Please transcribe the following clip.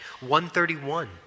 One-thirty-one